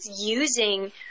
using